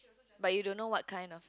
but you don't know what kind of